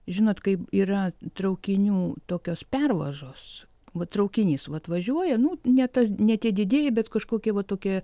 žinot kai yra traukinių tokios pervažos va traukinys va atvažiuoja nu ne tas ne tie didieji bet kažkokie va tokie